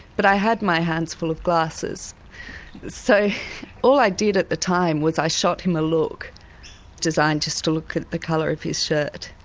but i had my hands full of glasses so all i did at the time was i shot him a look designed just to look at the colour his shirt,